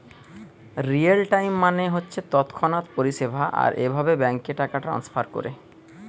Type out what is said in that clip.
real time মানে হচ্ছে তৎক্ষণাৎ পরিষেবা আর এভাবে ব্যাংকে টাকা ট্রাস্নফার কোরে